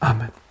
Amen